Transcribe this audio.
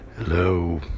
Hello